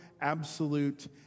absolute